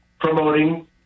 promoting